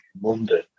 London